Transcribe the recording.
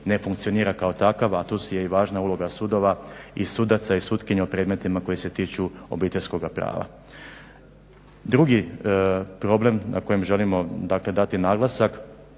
ne funkcionira kao takav a tu si je i važna uloga sudova i sudaca i sutkinja u predmetima koji se tiču obiteljskoga prava. Drugi problem na kojem želimo dakle dati naglasak.